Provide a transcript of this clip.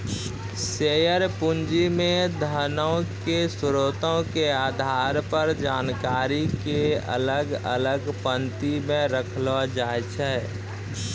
share पूंजी मे धनो के स्रोतो के आधार पर जानकारी के अलग अलग पंक्ति मे रखलो जाय छै